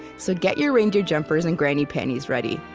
so get your reindeer jumpers and granny panties ready.